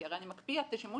כי הרי אני מקפיא את השימוש,